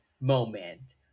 moment